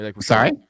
Sorry